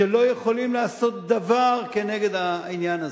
שלא יכולים לעשות דבר נגד העניין הזה?